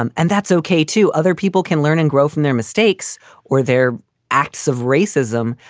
and and that's ok, too. other people can learn and grow from their mistakes or their acts of racism.